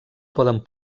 poden